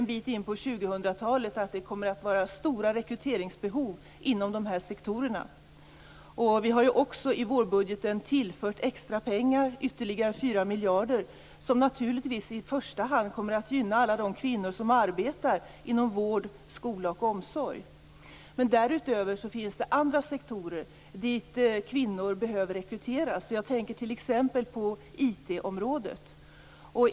En bit in på 2000-talet kommer det att finnas stora rekryteringsbehov inom de här sektorerna. Vi har också i vårbudgeten tillfört extra pengar, ytterligare 4 miljarder, som naturligtvis i första hand kommer att gynna alla de kvinnor som arbetar inom vård, skola och omsorg. Därutöver finns andra sektorer dit kvinnor behöver rekryteras. Jag tänker t.ex. på IT-området.